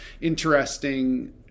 interesting